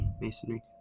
masonry